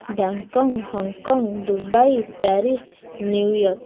Bangkok Hong Kong Dubai Paris New York